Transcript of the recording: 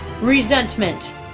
resentment